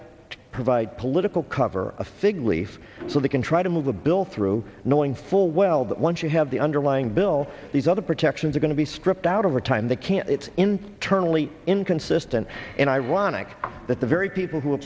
to provide political cover a fig leaf so they can try to move the bill through knowing full well that once you have the underlying bill these other protections are going to be stripped out over time they can't it's internally inconsistent and ironic that the very people who will